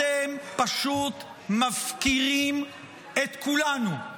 אתם מפקירים את כולנו.